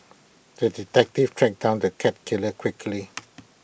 the detective tracked down the cat killer quickly